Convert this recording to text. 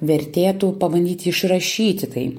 vertėtų pabandyti išrašyti tai